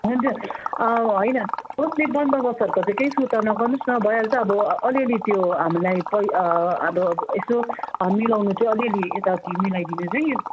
हुन्छ होइन केही सुर्ता नगर्नुहोस् न भइहाल्छ अब अलिअलि त्यो हामीलाई पैसा अब यसो मिलाउनु चाहिँ अलिअलि यताउति मिलाइदिनु चाहिँ